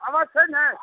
आवाज छै नहि